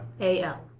A-L